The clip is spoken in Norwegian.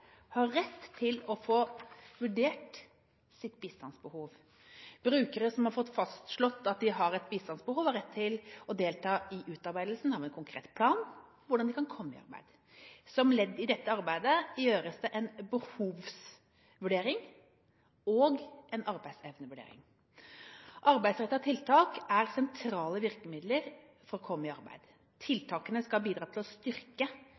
har rett til å få vurdert sitt bistandsbehov. Brukere som har fått fastslått at de har et bistandsbehov, har rett til å delta i utarbeidelsen av en konkret plan for hvordan de kan komme i arbeid. Som ledd i dette arbeidet gjøres det en behovsvurdering og en arbeidsevnevurdering. Arbeidsrettede tiltak er sentrale virkemidler for å komme i arbeid. Tiltakene skal bidra til å styrke